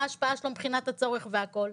מה ההשפעה שלו מבחינת הצורך והכול.